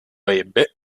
ebbe